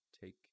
take